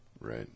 Right